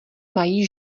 mají